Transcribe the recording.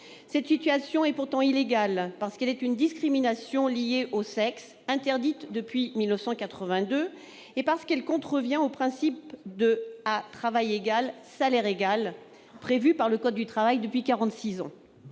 Cette situation est pourtant illégale, parce qu'elle procède d'une discrimination liée au sexe interdite depuis 1982, et parce qu'elle contrevient au principe « à travail égal, salaire égal » prévu par le code du travail depuis